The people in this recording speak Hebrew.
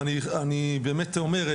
ואני באמת אומר,